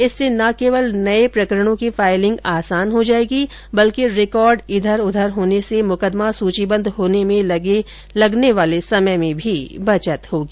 इससे न केवल नए प्रकरणों की फाइलिंग आसान हो जाएगी बल्कि रिकॉर्ड इधर उधर होने से मुकदमा सूचीबद्ध होने में लगने वाले समय में भी बचत होगी